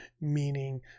meaning